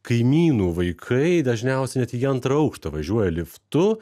kaimynų vaikai dažniausiai net į antrą aukštą važiuoja liftu